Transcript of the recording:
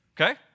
Okay